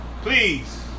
Please